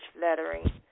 lettering